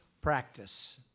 practice